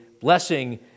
blessing